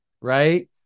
right